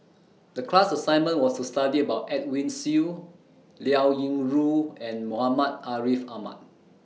The class assignment was to study about Edwin Siew Liao Yingru and Muhammad Ariff Ahmad